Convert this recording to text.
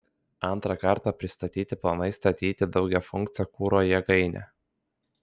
antrą kartą pristatyti planai statyti daugiafunkcę kuro jėgainę